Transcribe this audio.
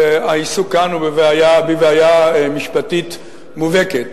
והעיסוק כאן הוא בבעיה משפטית מובהקת.